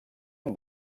amb